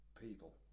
people